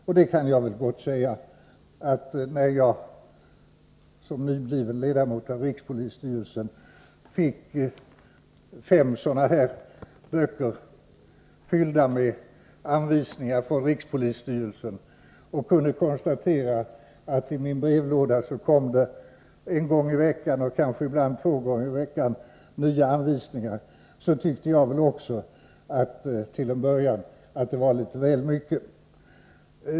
Jag kan väl gott säga att när jag som nybliven ledamot av rikspolisstyrelsen fick fem-böcker fyllda med anvisningar från rikspolisstyrelsen och kunde konstatera att det.i min brevlåda en gång i veckan och kanske ibland två gångeri-veckan kom nya anvisningar, så tyckte också jag till en början att det var litet väl: mycket.